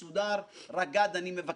אני רוצה לומר לך,